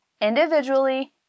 individually